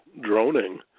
droning